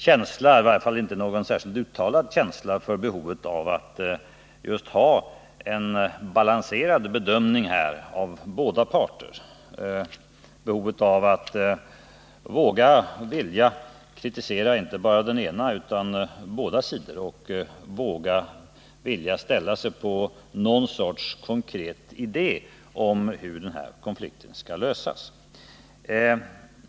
Dessa andades inte någon känsla, för behovet av att ha just en bedömning av båda parter, behovet av att våga och vilja kritisera inte bara den ena sidan utan båda sidorna och våga ställa sig bakom någon sorts konkret idé om hur den här konflikten skall lösas.